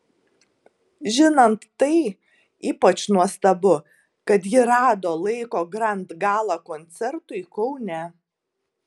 žinant tai ypač nuostabu kad ji rado laiko grand gala koncertui kaune